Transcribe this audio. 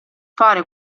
fare